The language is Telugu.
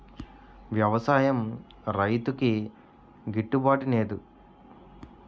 వ్యవసాయం రైతుకి గిట్టు బాటునేదు